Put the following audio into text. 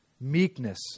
meekness